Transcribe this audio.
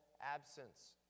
absence